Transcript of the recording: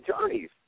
journeys